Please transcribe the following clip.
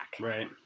right